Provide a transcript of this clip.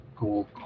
Gold